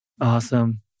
Awesome